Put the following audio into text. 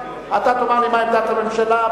אתה תאמר לי מה עמדת הממשלה,